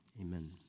Amen